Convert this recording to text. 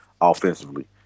offensively